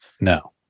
No